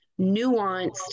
nuanced